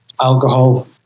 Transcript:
alcohol